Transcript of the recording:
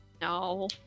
No